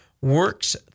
works